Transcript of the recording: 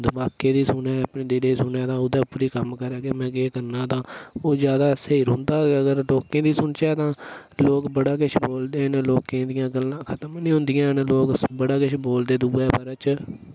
दमाकै दी सुनै अपने दिलै दी सुनै तां ओह्दे उप्पर ही कम्म करै मैं केह् करना तां ओह् ज्यादा स्हेई रौह्न्दा अगर लोकें दी सुनचै तां लोक बड़ा किश बोलदे न लोकें दियां गल्ला खतम नि होंदिया न लोक बड़ा किश बोलदे दु'ए बारै च